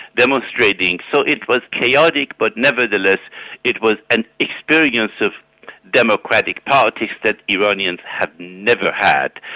demonstrating so it was chaotic but nevertheless it was an experience of democratic parties that iranians had never had.